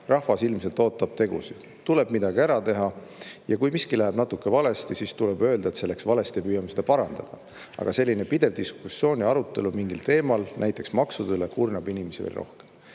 Rahvas ilmselt ootab tegusid. Tuleb midagi ära teha ja kui miski läheb natuke valesti, siis tuleb öelda, et see läks valesti ja püüame seda parandada. Aga selline pidev diskussioon ja arutelu mingil teemal, no näiteks maksude üle, kurnab inimesi veel rohkem."